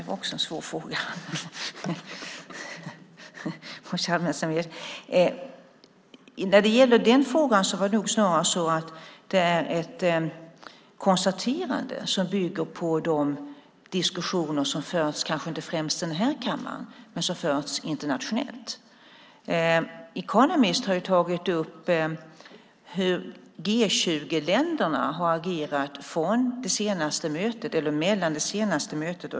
Fru talman! Det var också en svår fråga! Det är ett konstaterande som bygger på de diskussioner som förts kanske inte främst i den här kammaren men som förts internationellt. The Economist har tagit upp hur G 20-länderna har agerat mellan det senaste mötet och det näst senaste mötet.